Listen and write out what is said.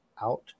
out